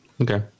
Okay